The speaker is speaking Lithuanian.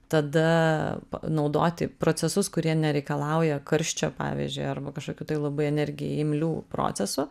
tada naudoti procesus kurie nereikalauja karščio pavyzdžiui arba kažkokių tai labai energijai imlių procesų